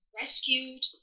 rescued